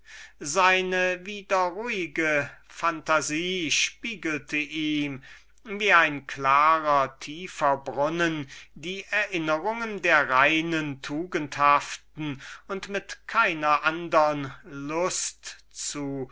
seine wieder ruhige phantasie spiegelte ihm wie ein klarer tiefer brunnen die erinnerungen der reinen tugendhaften und mit keiner andern lust zu